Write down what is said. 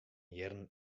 jierren